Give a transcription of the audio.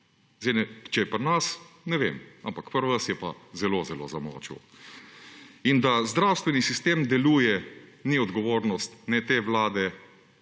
Zdaj, če je pri nas, ne vem, ampak pri vas je pa zelo zelo zamočil. In da zdravstveni sistem deluje, ni odgovornost ne te vlade,